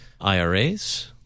IRAs